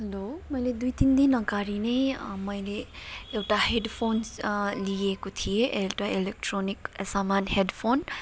hello मैले दुई तिन दिन अगाडि नै मैले एउटा हेडफोन्स लिएको थिएँ एउटा एलेक्ट्रोनिक सामान हेडफोन